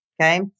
okay